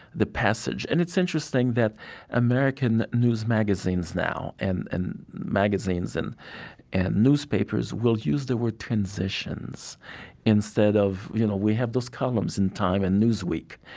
the passage. and it's interesting that american news magazines now, and and magazines and and newspapers will use the word transitions instead of you know, we have those columns in time and newsweek,